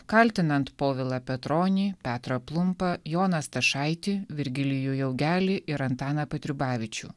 kaltinant povilą petronį petrą plumpą joną stašaitį virgilijų jeugelį ir antaną patriubavičių